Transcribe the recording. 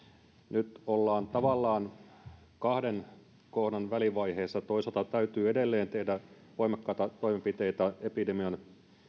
nyt ollaan tavallaan kahden kohdan välivaiheessa toisaalta täytyy edelleen tehdä voimakkaita toimenpiteitä epidemian